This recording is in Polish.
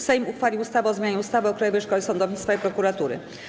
Sejm uchwalił ustawę o zmianie ustawy o Krajowej Szkole Sądownictwa i Prokuratury.